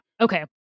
Okay